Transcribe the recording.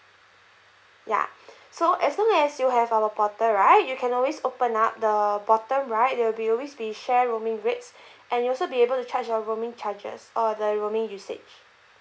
ya so as long as you have our portal right you can always open up the bottom right there will be always be share roaming rates and you'll also be able to check your roaming charges or the roaming usage